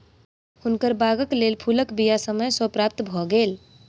हुनकर बागक लेल फूलक बीया समय सॅ प्राप्त भ गेल